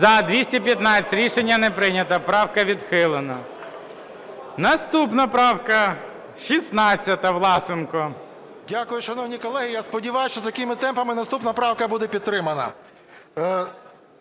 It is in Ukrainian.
За-215 Рішення не прийнято. Правка відхилена. Наступна правка 16 Власенка. 11:26:24 ВЛАСЕНКО С.В. Дякую, шановні колеги. Я сподіваюсь, що такими темпами наступна правка буде підтримана.